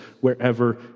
wherever